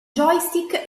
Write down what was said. joystick